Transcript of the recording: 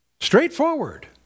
Straightforward